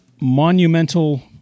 monumental